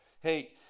hey